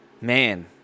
man